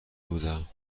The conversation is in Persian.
بودم